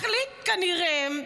מחליט, כנראה,